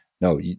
no